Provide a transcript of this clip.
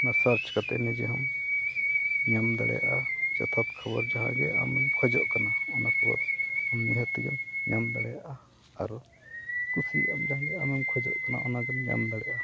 ᱚᱱᱟ ᱥᱟᱨᱪ ᱠᱟᱛᱮᱫ ᱱᱤᱡᱮ ᱦᱚᱸᱢ ᱧᱟᱢ ᱫᱟᱲᱮᱭᱟᱜᱼᱟ ᱡᱚᱛᱷᱟᱛ ᱠᱷᱚᱵᱚᱨ ᱡᱟᱦᱟᱸᱜᱮ ᱟᱢᱮᱢ ᱠᱷᱚᱡᱚᱜ ᱠᱟᱱᱟ ᱚᱱᱟ ᱠᱷᱚᱵᱚᱨ ᱟᱢ ᱱᱤᱦᱟᱹᱛ ᱜᱮᱢ ᱧᱟᱢ ᱫᱟᱲᱮᱭᱟᱜᱼᱟ ᱟᱨ ᱠᱩᱥᱤᱣᱟᱜ ᱟᱢ ᱡᱟᱦᱟᱸ ᱜᱮ ᱟᱢᱮᱢ ᱠᱷᱚᱡᱚᱜ ᱠᱟᱱᱟ ᱚᱱᱟ ᱜᱮᱢ ᱧᱟᱢ ᱫᱟᱲᱮᱭᱟᱜᱼᱟ